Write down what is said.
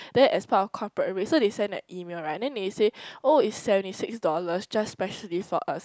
then as part of corporate rate so they send a e-mail right then they say oh it's seventy six dollars just specially for us